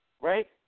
right